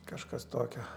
kažkas tokio